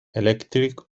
electric